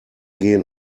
gehen